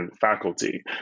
faculty